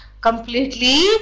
completely